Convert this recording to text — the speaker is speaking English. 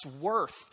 worth